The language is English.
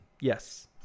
Yes